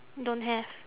don't have